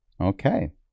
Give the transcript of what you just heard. Okay